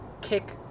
kick